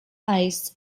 ice